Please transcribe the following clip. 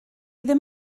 ddim